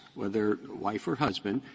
whether wife or husband,